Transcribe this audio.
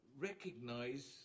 recognize